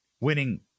winning